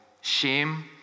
shame